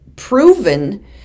proven